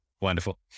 Wonderful